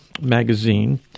magazine